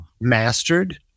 mastered